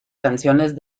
canciones